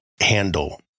handle